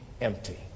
empty